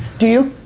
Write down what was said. do you?